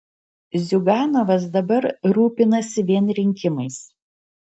ziuganovas dabar rūpinasi vien rinkimais